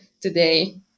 today